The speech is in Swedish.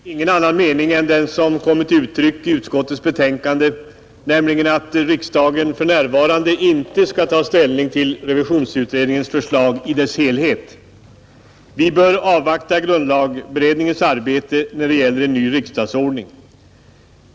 Herr talman! Jag har ingen annan mening än den som kommit till uttryck i utskottets betänkande, nämligen att riksdagen för närvarande inte skall ta ställning till revisionsutredningens förslag i dess helhet. Vi bör avvakta grundlagberedningens arbete när det gäller en ny riksdagsordning.